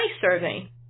Survey